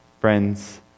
Friends